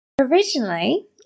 originally